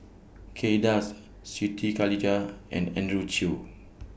Kay Das Siti Khalijah and Andrew Chew